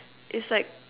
it's like